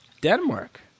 Denmark